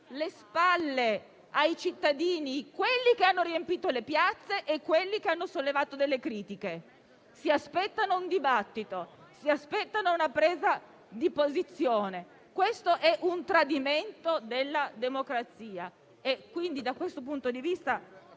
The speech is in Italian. le spalle ai cittadini, a quelli che hanno riempito le piazze e a quelli che hanno sollevato critiche; tutti si aspettano un dibattito e una presa di posizione. Questo è un tradimento della democrazia. Da questo punto di vista